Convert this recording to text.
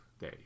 day